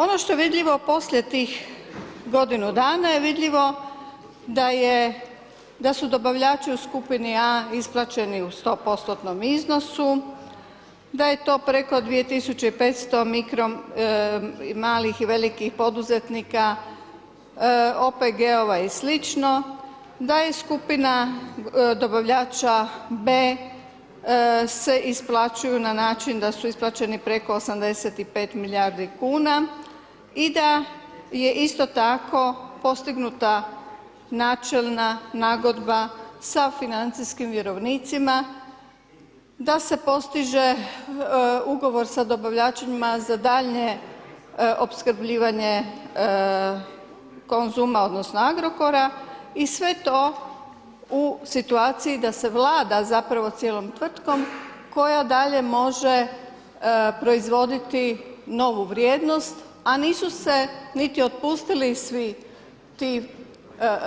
Ono što je vidljivo poslije tih godinu dana je vidljivo da su dobavljači u skupini A isplaćeni u stopostotnom iznosu, da je to preko 2500 malih i velikih poduzetnika, OPG-ova i slično, da je skupina dobavljača B se isplaćuju na način da su isplaćeni preko 85 milijardi kuna i da je isto tako postignuta načelna nagodba sa financijskim vjerovnicima da se postiže ugovor sa dobavljačima za daljnje opskrbljivanje Konzuma, odnosno Agrokora i sve to u situaciji da se vlada zapravo cijelom tvrtkom koja dalje može proizvoditi novu vrijednost, a nisu se niti otpustili svi ti